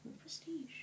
prestige